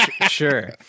sure